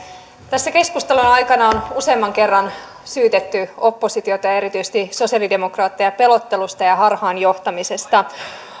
tässä keskustelun aikana on useamman kerran syytetty oppositiota ja erityisesti sosialidemokraatteja pelottelusta ja harhaan johtamisesta